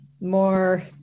more